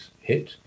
hit